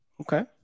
Okay